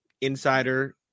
Insider